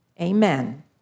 Amen